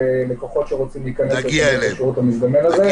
לקוחות שרוצים להיכנס לשירות המזדמן הזה,